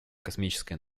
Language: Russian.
космической